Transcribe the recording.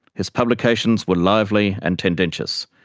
his publications were lively and tendentious.